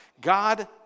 God